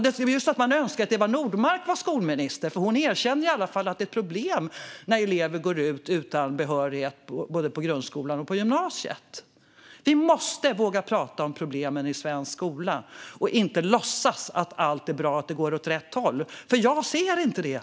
Det blir ju så att man önskar att Eva Nordmark var skolminister, för hon erkänner i alla fall att det är ett problem när elever går ut grundskolan och gymnasiet utan behörighet. Vi måste våga prata om problemen i svensk skola. Vi ska inte låtsas att allt är bra och att det går åt rätt håll. Det är nämligen något som jag inte ser.